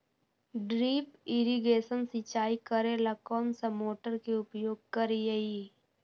Drip irrigation सिंचाई करेला कौन सा मोटर के उपयोग करियई?